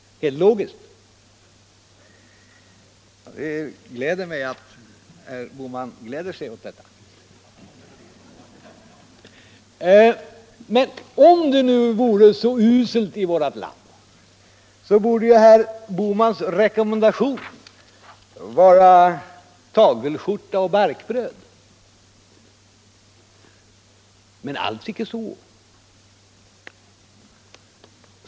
— Det gläder mig att herr Bohman gläder sig åt detta! Om det nu vore så uselt i vårt land som herr Bohman säger, så borde ju herr Bohmans rekommendation vara tagelskjorta och barkbröd. Men alls icke så!